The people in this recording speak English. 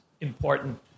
important